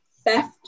theft